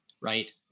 Right